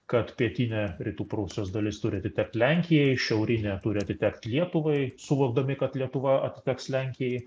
kad pietinė rytų prūsijos dalis turi atitekt lenkijai šiaurinė turi atitekt lietuvai suvokdami kad lietuva atiteks lenkijai